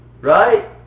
right